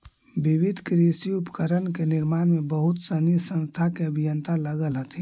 विविध कृषि उपकरण के निर्माण में बहुत सनी संस्था के अभियंता लगल हथिन